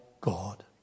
God